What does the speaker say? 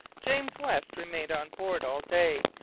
james west remained on board all day,